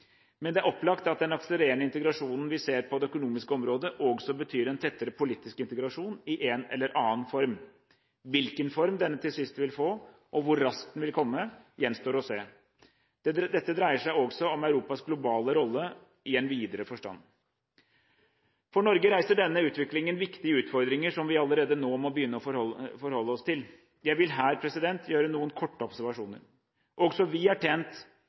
Men det er opplagt at den akselererende integrasjonen vi ser på det økonomiske området, også betyr en tettere politisk integrasjon i en eller annen form. Hvilken form denne til sist vil få, og hvor raskt den vil komme, gjenstår å se. Dette dreier seg også om Europas globale rolle i en videre forstand. For Norge reiser denne utviklingen viktige utfordringer som vi allerede nå må begynne å forholde oss til. Jeg vil her gjøre noen korte observasjoner. Også vi er tjent